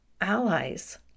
allies